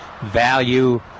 value